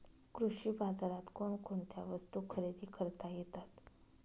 कृषी बाजारात कोणकोणत्या वस्तू खरेदी करता येतात